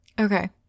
Okay